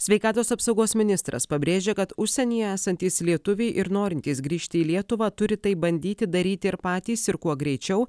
sveikatos apsaugos ministras pabrėžė kad užsienyje esantys lietuviai ir norintys grįžti į lietuvą turi tai bandyti daryti ir patys ir kuo greičiau